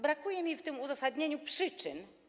Brakuje mi w tym uzasadnieniu przyczyn.